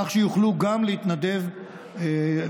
כך שיוכלו גם להתנדב לטובת,